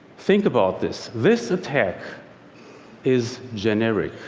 think about this this attack is generic.